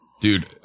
dude